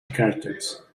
cartoons